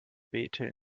bete